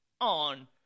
on